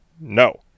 No